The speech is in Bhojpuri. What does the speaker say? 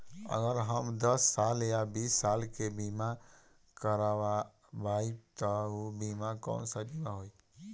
अगर हम दस साल या बिस साल के बिमा करबइम त ऊ बिमा कौन सा बिमा होई?